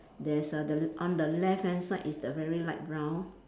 there's a the on the left hand side is the very light brown